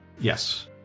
Yes